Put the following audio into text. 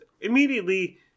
immediately